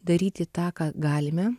daryti tą ką galime